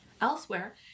Elsewhere